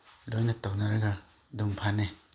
ꯂꯣꯏꯅ ꯇꯧꯅꯔꯒ ꯑꯗꯨꯝ ꯐꯥꯅꯩ